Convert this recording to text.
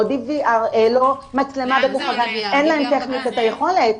לא -- -אין להם טכנית את היכולת.